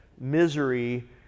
misery